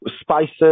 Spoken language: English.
Spices